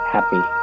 Happy